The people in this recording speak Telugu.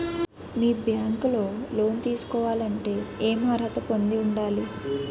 మీ బ్యాంక్ లో లోన్ తీసుకోవాలంటే ఎం అర్హత పొంది ఉండాలి?